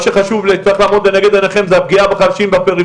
מה שצריך לעמוד לנגד עיניכם זה הפגיעה בחלשים,